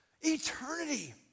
eternity